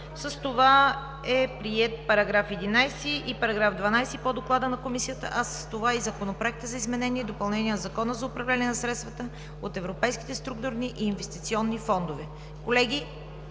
се 2. Параграфи 11 и 12 по Доклада на Комисията са приети, а с това и Законопроектът за изменение и допълнение на Закона за управление на средствата от европейските структурни и инвестиционни фондове. Колеги,